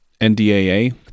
NDAA